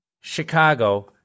Chicago